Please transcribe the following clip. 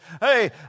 hey